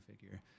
figure